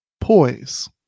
Poise